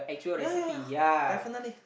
ya ya ya definitely